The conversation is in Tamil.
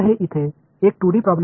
எனவே இது இங்கே 2D சிக்கல்